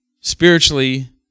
spiritually